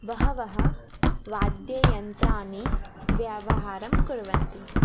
बहवः वाद्ययन्त्राणां व्यवहारं कुर्वन्ति